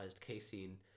casein